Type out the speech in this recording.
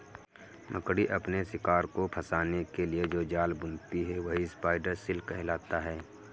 मकड़ी अपने शिकार को फंसाने के लिए जो जाल बुनती है वही स्पाइडर सिल्क कहलाता है